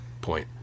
point